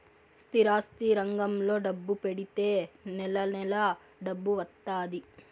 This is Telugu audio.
స్థిరాస్తి రంగంలో డబ్బు పెడితే నెల నెలా డబ్బు వత్తాది